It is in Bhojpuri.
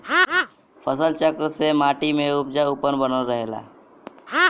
फसल चक्र से माटी में उपजाऊपन बनल रहेला